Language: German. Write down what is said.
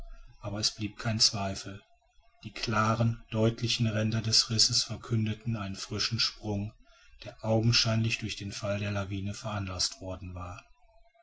aber es blieb kein zweifel die klaren deutlichen ränder des risses verkündeten einen frischen sprung der augenscheinlich durch den fall der lawine veranlaßt worden war